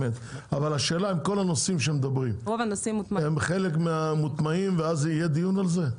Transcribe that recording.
אבל השאלה אם כל הנושאים שהם מדברים הם מוטמעים ואז יהיה דיון על זה?